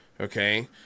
okay